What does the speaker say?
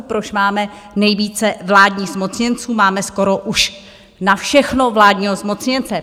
Proč máme nejvíce vládních zmocněnců, máme skoro už na všechno vládního zmocněnce?